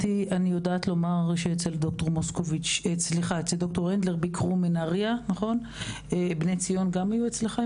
אני יודעת לומר שאצל דר' הנדלר ביקרו מנהריה וגם בני ציון היו אצלך?